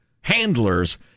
handlers